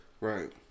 Right